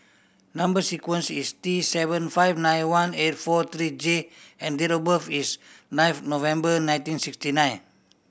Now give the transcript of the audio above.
number sequence is T seven five nine one eight four three J and date of birth is ninth November nineteen sixty nine